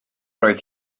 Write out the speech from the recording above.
roedd